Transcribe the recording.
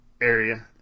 area